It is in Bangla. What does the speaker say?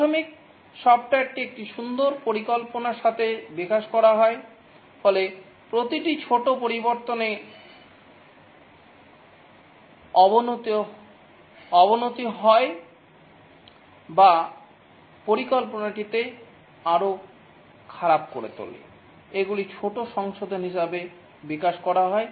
প্রাথমিক সফটওয়্যারটি একটি সুন্দর পরিকল্পনার সাথে বিকাশ করা হয় তবে প্রতিটি ছোট পরিবর্তনে অবনতি হয় যা পরিকল্পনাটিকে আরও খারাপ করে তোলে এগুলি ছোট সংশোধন হিসাবে বিকাশ করা হয়